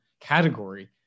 category